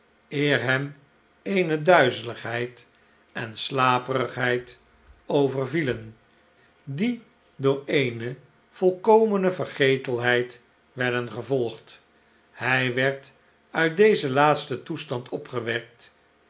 eer hem eene duizeligheid en slaperigheid overvielen die door eene volkomene vergetelheid werden gevolgd hij werd uit dezen laatsten toestand opgewekt